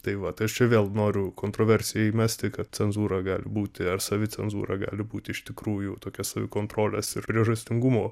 tai vat aš čia vėl noriu kontroversiją įmesti kad cenzūra gali būti ar savicenzūra gali būti iš tikrųjų tokia savikontrolės ir priežastingumo